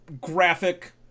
graphic